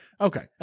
okay